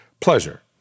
pleasure